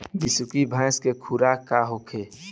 बिसुखी भैंस के खुराक का होखे?